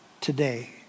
Today